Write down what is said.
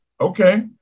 Okay